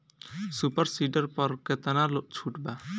Super seeder पर केतना छूट बा?